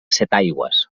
setaigües